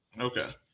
Okay